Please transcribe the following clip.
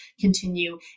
continue